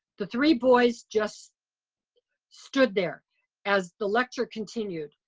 the three boys just stood there as the lecture continued.